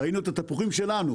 ראינו את התפוחים שלנו